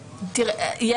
בוואקום.